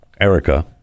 erica